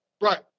Right